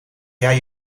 jij